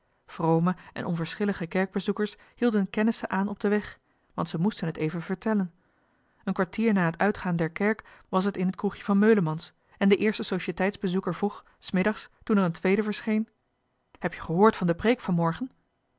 vrome en onverschillige kerkbezoekers hielden kennissen aan op den weg want ze moesten het even vertellen een kwartier na het uitgaan der kerk was t in het kroegje van meulemans en van de eerste twee societeitsbezoekers begon laat in den namiddag de een heb je gehoord van de preek van morgen